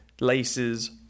laces